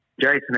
Jason